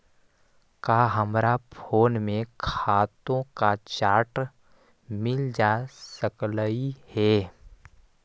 का हमरा फोन में खातों का चार्ट मिल जा सकलई हे